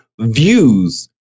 views